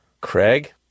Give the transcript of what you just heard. Craig